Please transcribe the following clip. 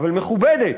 אבל מכובדת.